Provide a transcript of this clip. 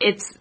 it's